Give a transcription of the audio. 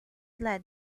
led